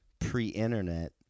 pre-internet